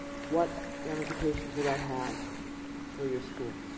what ramifications will that have for your school?